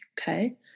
Okay